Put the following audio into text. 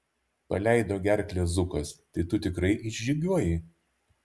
paleido gerklę zukas tai tu tikrai išžygiuoji